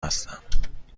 هستم